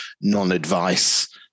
non-advice